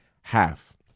half